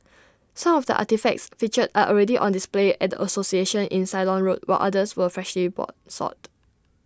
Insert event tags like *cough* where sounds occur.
some of the artefacts featured are already on display at association in Ceylon road while others were freshly *unintelligible* sought